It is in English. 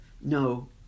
no